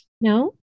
No